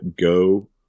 go